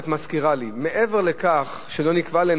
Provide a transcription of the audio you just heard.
את מזכירה לי: מעבר לכך שלא נקבע להם,